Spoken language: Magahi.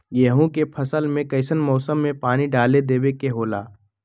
गेहूं के फसल में कइसन मौसम में पानी डालें देबे के होला?